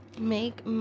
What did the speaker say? Make